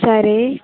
సరే